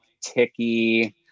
ticky